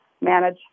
manage